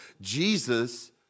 Jesus